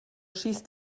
schießt